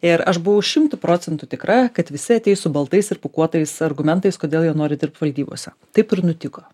ir aš buvau šimtu procentų tikra kad visi ateis su baltais ir pūkuotais argumentais kodėl jie nori dirbt valdybose taip ir nutiko